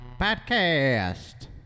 Podcast